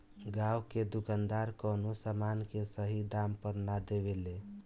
गांव के दुकानदार कवनो समान के सही दाम पर ना देवे ले